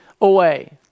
away